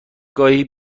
گاهی